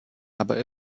aber